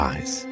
Eyes